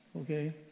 okay